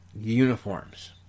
uniforms